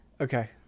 okay